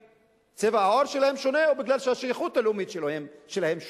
שצבע העור שלהם שונה או מפני שהשייכות הלאומית שלהם שונה.